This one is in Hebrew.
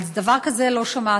דבר כזה לא שמעתי.